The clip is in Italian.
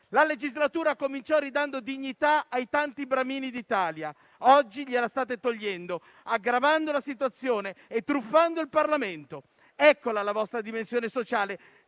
La legislatura cominciò ridando dignità ai tanti bramini d'Italia. Oggi gliela state togliendo, aggravando la situazione e truffando il Parlamento. Eccola la vostra dimensione sociale: